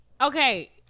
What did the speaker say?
okay